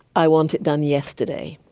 i want it done yesterday.